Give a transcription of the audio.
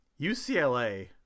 UCLA